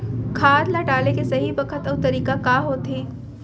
खाद ल डाले के सही बखत अऊ तरीका का होथे?